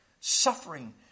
suffering